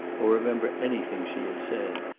or remember anything she had said.